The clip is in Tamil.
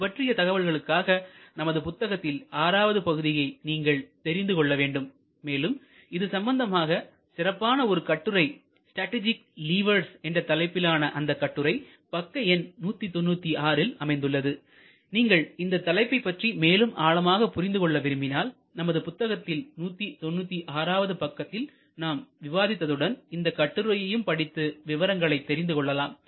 இது பற்றிய தகவல்களுக்காக நமது புத்தகத்தில் ஆறாவது பகுதியை நீங்கள் தெரிந்து கொள்ள வேண்டும் மேலும் இது சம்பந்தமாக சிறப்பான ஒரு கட்டுரை ஸ்டார்டிஜிக் லீவர்ஸ் என்ற தலைப்பிலான அந்தக் கட்டுரை பக்க எண் 196 ல் அமைந்துள்ளது நீங்கள் இந்த தலைப்பை பற்றி மேலும் ஆழமாக புரிந்து கொள்ள விரும்பினால் நமது புத்தகத்தில் 196 வது பக்கத்தில் நாம் விவாதித்ததுடன் இந்த கட்டுரையையும் படித்து விவரங்களை தெரிந்து கொள்ளலாம்